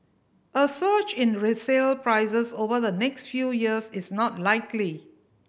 a surge in resale prices over the next few years is not likely